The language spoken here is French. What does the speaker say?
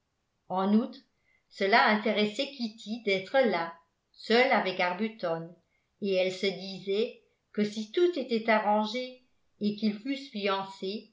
en outre cela intéressait kitty d'être là seule avec arbuton et elle se disait que si tout était arrangé et qu'ils fussent fiancés